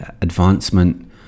advancement